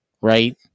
right